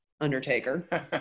Undertaker